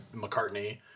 McCartney